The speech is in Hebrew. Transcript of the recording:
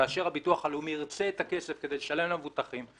כאשר הביטוח הלאומי ירצה את הכסף כדי לשלם למבוטחים,